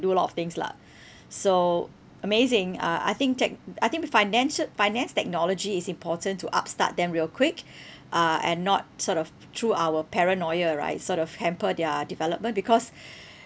do a lot of things lah so amazing uh I think tech~ I think with financial finance technology is important to upstart them real quick uh and not sort of through our paranoia right sort of hamper their development because